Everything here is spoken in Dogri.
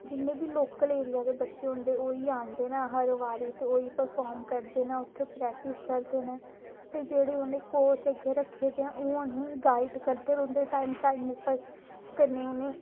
जिन्ने बी लोकल एरिया दे बच्चे होंदे ओह् ई आंदे न हर बारी ते ओह् ई परफार्म करदे न उत्थै प्रैक्टिस करदे न ते जेह्ड़े उ'नें कोच अग्गें रक्खे दे न ओह् उ'नेंगी गाइड करदे रौंह्दे टाइम टाइम उप्पर कन्नै उ'नेंगी